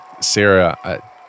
Sarah